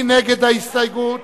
מי נגד ההסתייגות?